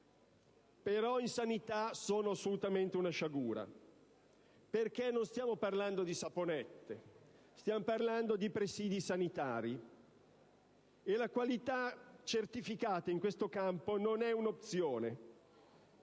in sanità sono assolutamente una sciagura perché non si parla di saponette, ma di presidi sanitari e la qualità certificata in questo campo non è un'opzione.